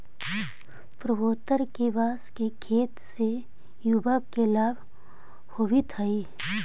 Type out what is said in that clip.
पूर्वोत्तर में बाँस के खेत से युवा के लाभ होवित हइ